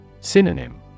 Synonym